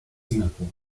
singapur